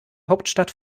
hauptstadt